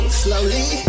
slowly